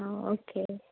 ആ ഓക്കെ